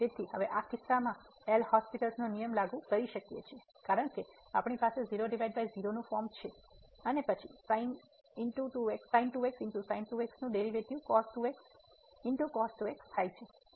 તેથી હવે આ કિસ્સામાં આપણે એલ'હોસ્પિટલL'hospitalનો નિયમ લાગુ કરી શકીએ છીએ કારણ કે આપણી પાસે 00 ફોર્મ છે અને પછી નું ડેરિવેટિવ થાય છે